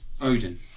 Odin